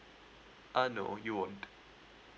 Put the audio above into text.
uh no you won't